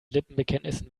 lippenbekenntnissen